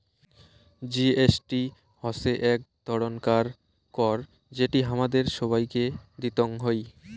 GST হসে এক ধরণকার কর যেটি হামাদের সবাইকে দিতং হই